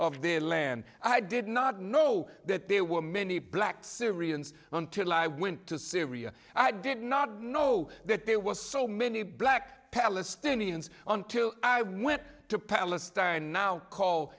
of their land i did not know that there were many black syrians until i went to syria i did not know that there was so many black palestinians on till i went to palestine and now call